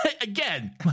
again